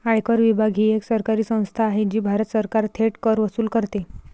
आयकर विभाग ही एक सरकारी संस्था आहे जी भारत सरकारचा थेट कर वसूल करते